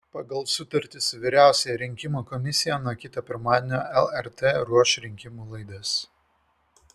pagal sutartį su vyriausiąja rinkimų komisija nuo kito pirmadienio lrt ruoš rinkimų laidas